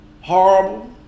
horrible